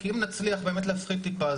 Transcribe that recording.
כי אם נצליח באמת להפחית טיפה,